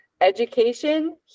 education